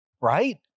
right